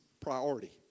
priority